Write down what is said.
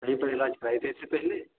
कहीं पर इलाज कायदे से कराए पहले